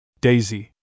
Daisy